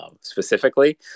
specifically